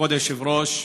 כבוד היושב-ראש,